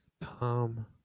Tom